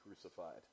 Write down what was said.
crucified